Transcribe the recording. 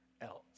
else